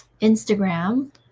Instagram